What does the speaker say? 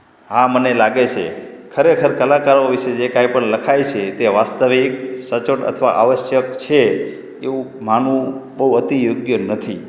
હા મને લાગે છે ખરેખર કલાકારો વિશે છે જે કંઈ પણ લખાય છે તે વાસ્તવિક સચોટ અથવા આવશ્યક છે એવું માનવું બહુ અતિ યોગ્ય નથી